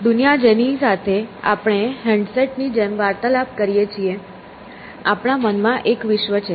દુનિયા જેની સાથે આપણે હેન્ડસેટ ની જેમ વાર્તાલાપ કરીએ છીએ આપણા મનમાં એક વિશ્વ છે